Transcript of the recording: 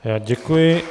Já děkuji.